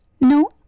No